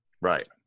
Right